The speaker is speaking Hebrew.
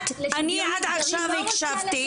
אני עד עכשיו הקשבתי.